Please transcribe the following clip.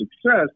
success